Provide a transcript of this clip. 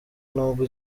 nubwo